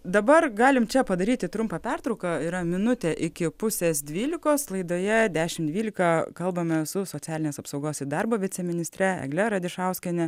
dabar galim čia padaryti trumpą pertrauką yra minutė iki pusės dvylikos laidoje dešim dvylika kalbame su socialinės apsaugos ir darbo viceministre egle radišauskiene